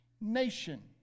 nation